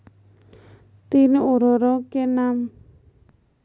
तीन उर्वरकों के नाम?